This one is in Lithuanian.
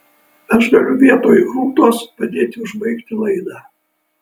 aš galiu vietoj rūtos padėti užbaigti laidą